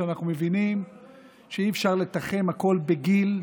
כשאנחנו מבינים שאי-אפשר לתחם הכול בגיל.